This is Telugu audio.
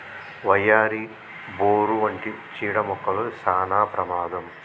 వయ్యారి, బోరు వంటి చీడ మొక్కలు సానా ప్రమాదం